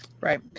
Right